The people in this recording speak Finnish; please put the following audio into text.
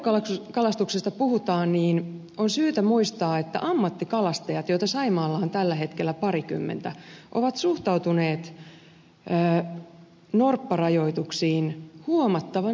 kun verkkokalastuksesta puhutaan niin on syytä muistaa että ammattikalastajat joita saimaalla on tällä hetkellä parikymmentä ovat suhtautuneet norpparajoituksiin huomattavan suopeasti